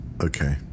okay